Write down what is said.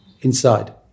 inside